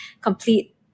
complete